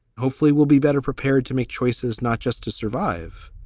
hopefully we'll be better prepared to make choices not just to survive,